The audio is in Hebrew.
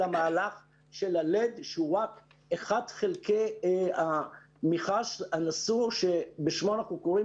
המהלך של ה-לד שהוא רק אחד חלקי המכרז שבשמו אנחנו קוראים